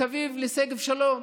מסביב לשגב שלום,